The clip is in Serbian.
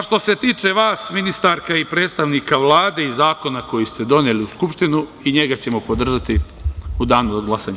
Što se tiče vas, ministarka i predstavnika Vlade i zakona koji ste doneli u Skupštinu, i njega ćemo podržati u Danu za glasanje.